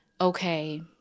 okay